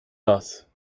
das